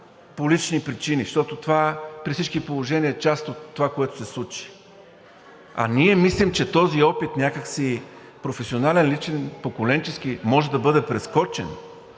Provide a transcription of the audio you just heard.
по лични причини, защото това при всички положения е част от това, което се случи, а ние мислим, че този опит – професионален, личен, поколенчески, някак си може да бъде прескочен,